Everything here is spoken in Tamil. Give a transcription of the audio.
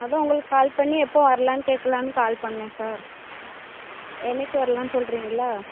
அதுதான் உங்களுக்கு கால் பண்ணி எப்போ வரலாம்னு கேட்கலான்னு கால் பண்ணிணேன் சார் என்றைக்கு வரலாம்னு சொல்கிறீங்களா